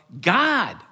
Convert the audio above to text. God